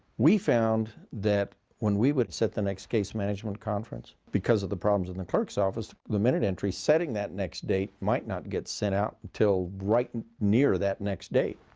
we found that when we would set the next case management conference, because of the problems in the clerk's office the minute entry setting that next date might not get sent out until right and near that next date.